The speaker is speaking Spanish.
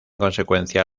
consecuencia